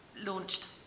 launched